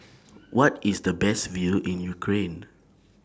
What IS The Best View in Ukraine